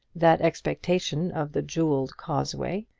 that expectation of the jewelled causeway,